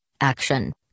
action